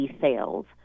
sales